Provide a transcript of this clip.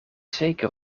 zeker